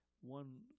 one